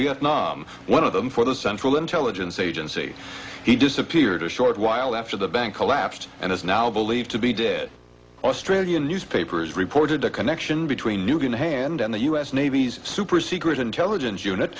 vietnam one of them for the central intelligence agency he disappeared a short while after the bank collapsed and is now believed to be did australian newspapers reported a connection between new can hand and the u s navy's super secret intelligence unit